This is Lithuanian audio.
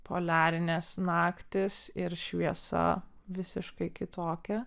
poliarinės naktys ir šviesa visiškai kitokia